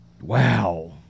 Wow